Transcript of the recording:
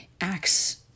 acts